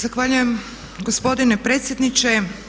Zahvaljujem gospodine predsjedniče.